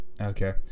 Okay